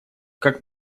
как